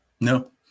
No